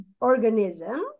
organism